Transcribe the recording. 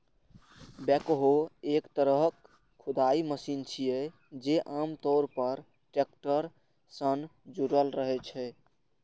backhoe एक तरहक खुदाइ मशीन छियै, जे आम तौर पर टैक्टर सं जुड़ल रहै छै